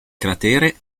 cratere